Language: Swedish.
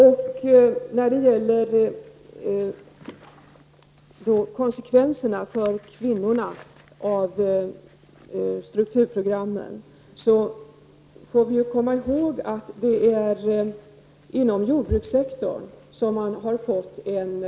När det gäller konsekvenserna för kvinnorna av strukturprogrammen får vi komma ihåg att det är inom jordbrukssektorn som man har fått en större lönsamhet. Man betalar numera för jordbruksproduktionen, och vi vet att det i u-länderna är kvinnor som i mycket stor utsträckning sköter jordbruket. På det sättet kommer detta även kvinnorna till del.